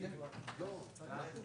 הצבעה לא נתקבלה.